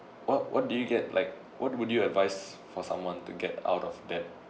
what what do you get like what would you advice for someone to get out of debt